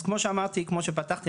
אז כמו שאמרתי כמו שפתחתי,